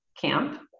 camp